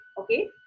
Okay